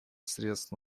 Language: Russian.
средств